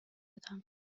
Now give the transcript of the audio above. دادم